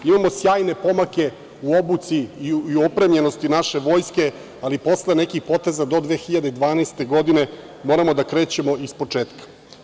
Imamo sjajne pomake u obuci i opremljenosti naše vojske, ali posle nekih poteza do 2012. godine, moramo da krećemo ispočetka.